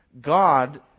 God